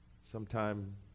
Sometime